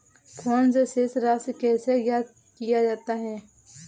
Phone से शेष राशि कैसे ज्ञात किया जाता है?